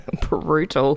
Brutal